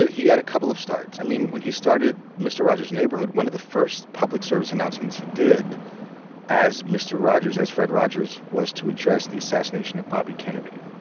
ah he had a couple of starts. i mean, when he started mister rogers' neighborhood, one of the first public service announcements he did as mister rogers, as fred rogers was to address the assassination of bobby kennedy.